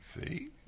see